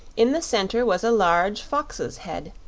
in the center was a large fox's head,